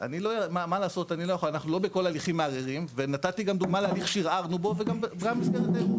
אני יושב על השלטר של כספי המדינה.